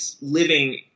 living